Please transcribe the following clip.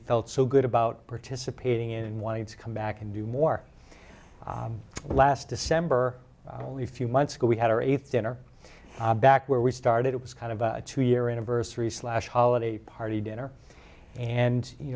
felt so good about participating in wanted to come back and do more last december only a few months ago we had our eighth dinner back where we started it was kind of a two year anniversary slash holiday party dinner and you